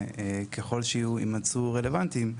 וככל שיימצאו רלוונטיים,